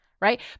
right